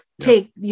take